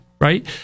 Right